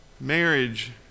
Marriage